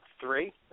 three